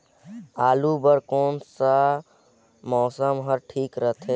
आलू बार कौन सा मौसम ह ठीक रथे?